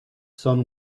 sun